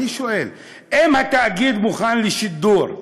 אני שואל: אם התאגיד מוכן לשידור,